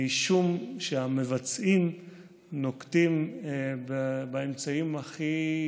משום שהמבצעים נוקטים את האמצעים הכי